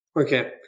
Okay